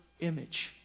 image